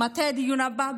מתי הדיון הבא?